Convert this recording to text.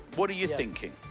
what are you thinking?